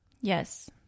Yes